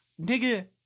nigga